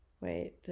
wait